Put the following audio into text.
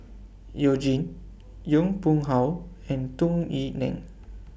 YOU Jin Yong Pung How and Tung Yue Nang